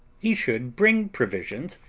he should bring provisions,